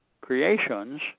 Creations